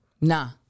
nah